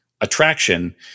attraction